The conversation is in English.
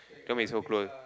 don't be so close